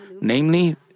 Namely